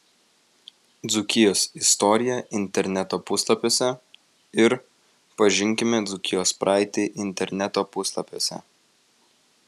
dzūkijos istorija interneto puslapiuose ir pažinkime dzūkijos praeitį interneto puslapiuose